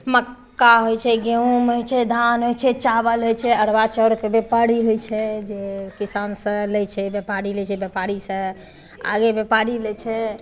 मक्का होइ छै गहूँम होइ छै धान होइ छै चावल होइ छै अरबा चाउरके व्यापारी होइ छै जे किसान सँ लै छै व्यापारी लै छै व्यापारी सँ आगे व्यापारी लै छै